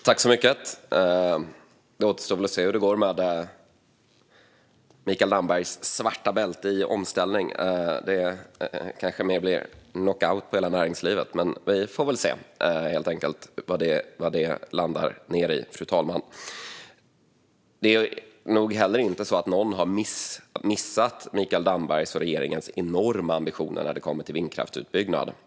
Fru talman! Det återstår att se hur det går med Mikael Dambergs svarta bälte i omställning. Det kanske mer blir knockout på hela näringslivet. Men vi får väl helt enkelt se vad det landar i, fru talman. Det är nog ingen som har missat Mikael Dambergs och regeringens enorma ambitioner för vindkraftsutbyggnad.